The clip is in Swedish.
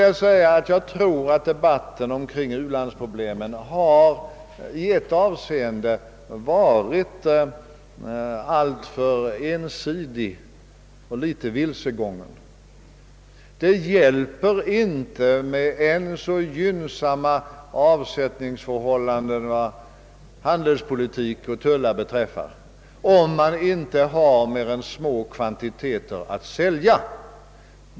Jag tror att debatten om u-landsproblemen i det avseendet har varit alltför ensidig och litet vilsegången. Det hjälper inte hur gynnsamma avsättningsförhållandena vad andra staters handelspolitik och tullar beträffar är, om inte u-länderna har mer än små kvantiteter att sälja.